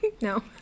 No